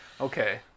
Okay